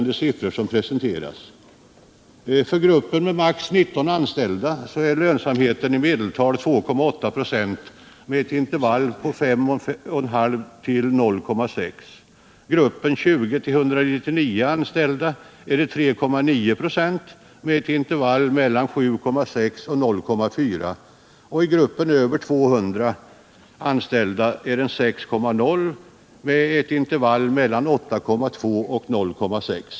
Den är från 1974, och det är sannerligen inga speciellt stimulerande — medelstora siffror som presenteras: företagens utveckling, m.m.